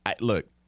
Look